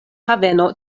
haveno